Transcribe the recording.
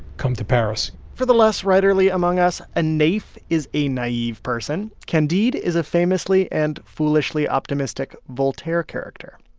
come to paris for the less writerly among us, a naif is a naive person. candide is a famously and foolishly optimistic voltaire character.